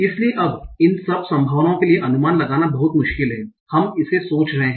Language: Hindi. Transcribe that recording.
इसलिए अब इन सभी संभावनाओं के लिए अनुमान लगाना बहुत मुश्किल है कि हम इसे सोच रहे हैं